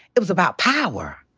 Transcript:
it was about power.